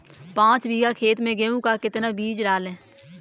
पाँच बीघा खेत में गेहूँ का कितना बीज डालें?